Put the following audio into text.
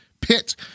pit